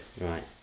Right